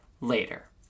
later